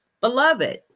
beloved